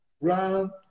run